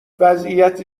وضعیت